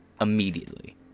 Immediately